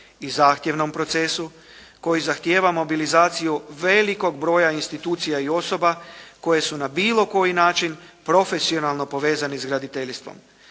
i zahtjevnom procesu koji zahtijeva mobilizaciju velikog broja institucija i osoba koje su na bilo koji način profesionalno povezani s graditeljstvom.